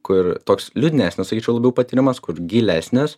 kur toks liūdnesnis sakyčiau labiau patyrimas kur gilesnis